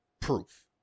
proof